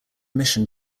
mission